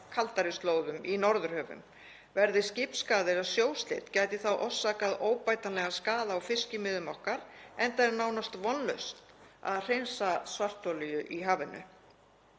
kaldari slóðum í Norðurhöfum. Verði skipsskaði eða sjóslys gæti það orsakað óbætanlegan skaða á fiskimiðum okkar enda er nánast vonlaust að hreinsa svartolíu í hafinu.